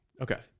Okay